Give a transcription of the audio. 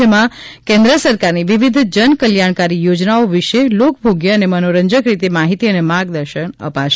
જેમાં કેન્દ્ર સરકારની વિવિધ જન કલ્યાણકારી યોજનાઓ વિશે લોકભાગ્ય અને મનોરંજક રીતે માહિતી અને માર્ગદર્શન અપાશે